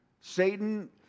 Satan